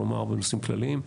לומר בנושאים כלליים.